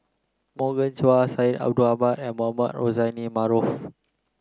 Morgan Chua Syed Ahmed and Mohamed Rozani Maarof